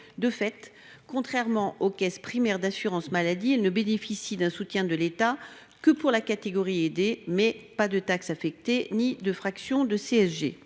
De fait, contrairement aux caisses primaires d’assurance maladie, elle ne bénéficie d’un soutien de l’État que pour la « catégorie aidée », mais non de taxes affectées ni de fractions de CSG.